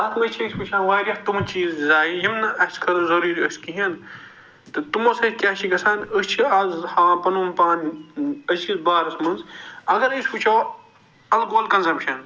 اَتھ منٛز چھِ أسۍ وٕچھان وارِیاہ تِمہٕ چیٖز زایہِ یِم نہٕ اَسہِ خٲطرٕ ضُروٗری ٲسۍ کِہیٖنۍ تہٕ تِمو سۭتۍ کیٛاہ چھِ گَژھان أسۍ چھِ آز ہاوان پنُن پان أزکِس بارس منٛز اگر أسۍ وٕچھو الکوہل کنٛزپشن